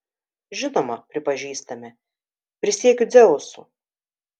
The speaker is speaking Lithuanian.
žinoma pripažįstame prisiekiu dzeusu